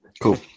cool